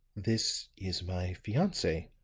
this is my fiance,